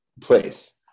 place